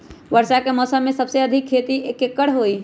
वर्षा के मौसम में सबसे अधिक खेती केकर होई?